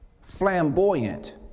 flamboyant